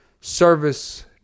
service